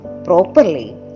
properly